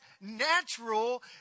natural